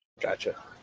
Gotcha